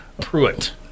Pruitt